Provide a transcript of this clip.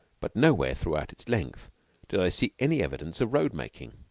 but nowhere throughout its length did i see any evidence of road-making.